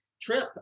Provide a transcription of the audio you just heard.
trip